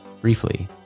briefly